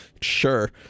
Sure